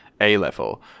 A-level